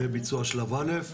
וביצוע שלב א'.